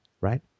right